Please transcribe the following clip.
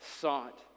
sought